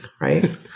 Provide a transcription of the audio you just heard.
right